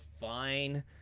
fine